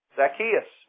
Zacchaeus